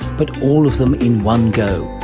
but all of them in one go.